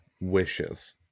wishes